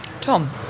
Tom